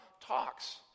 talks